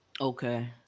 Okay